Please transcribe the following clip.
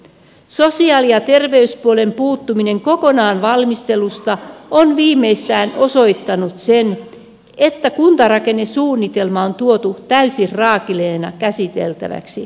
sosiaali ja terveyspuolen puuttuminen kokonaan valmistelusta on viimeistään osoittanut sen että kuntarakennesuunitelma on tuotu täysin raakileena käsiteltäväksi